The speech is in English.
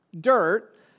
dirt